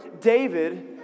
David